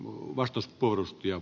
arvoisa puhemies